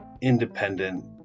independent